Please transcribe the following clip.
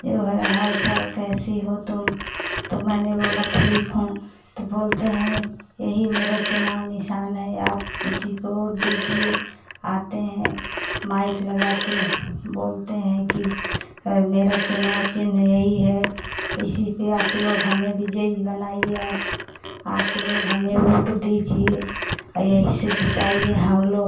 जो है हाल चाल कैसी हो तुम तो मैंने बोला ठीक हूँ तो बोलते हैं यही मेरा चुनाव निशान है आप इसी पर वोट दीजिए आते हैं माइक लगाकर बोलते हैं कि मेरा चुनाव चिन्ह यही है इसी पर आप लोग हमें विजयी बनाइए अब आप लोग हमें वोट दीजिए अ यही से जिताइए हम लोग